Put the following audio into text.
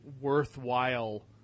worthwhile